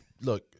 look